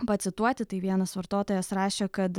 pacituoti tai vienas vartotojas rašė kad